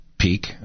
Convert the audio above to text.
peak